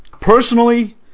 Personally